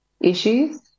issues